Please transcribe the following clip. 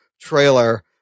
trailer